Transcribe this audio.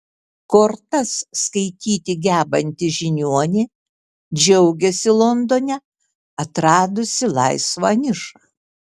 kortas skaityti gebanti žiniuonė džiaugiasi londone atradusi laisvą nišą